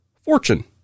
fortune